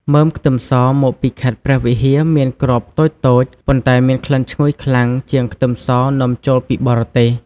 មើមខ្ទឹមសមកពីខេត្តព្រះវិហារមានគ្រាប់តូចៗ ប៉ុន្តែមានក្លិនឈ្ងុយខ្លាំងជាងខ្ទឹមសនាំចូលពីបរទេស។